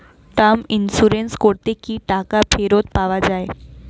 Term insurance করলে কি টাকা ফেরত পাওয়া যায়?